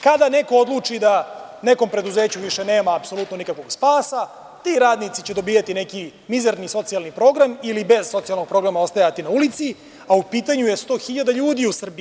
Kada neko odluči da nekom preduzeću više nema spasa, ti radnici će dobijati mizerni socijalni program ili bez socijalnog programa ostajati na ulici, a u pitanju je 100.000 ljudi u Srbiji.